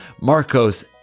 Marcos